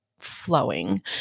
flowing